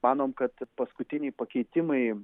manom kad paskutiniai pakeitimai